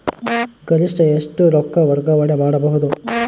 ಗರಿಷ್ಠ ಎಷ್ಟು ರೊಕ್ಕ ವರ್ಗಾವಣೆ ಮಾಡಬಹುದು?